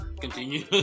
continue